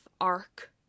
arc